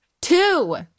Two